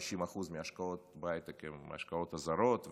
90% מהשקעות בהייטק הן השקעות זרות,